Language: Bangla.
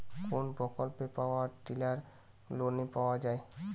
কোন প্রকল্পে পাওয়ার টিলার লোনে পাওয়া য়ায়?